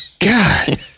God